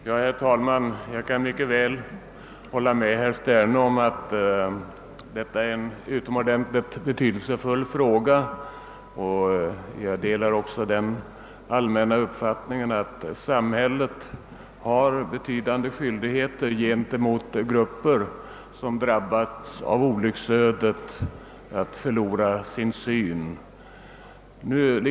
Herr talman! Jag kan mycket väl hålla med herr Sterne om att detta är en utomordentligt betydelsefull fråga, och jag delar också den allmänna uppfattningen att samhället har betydande skyldigheter gentemot grupper som drabbats av olycksödet att förlora sin syn.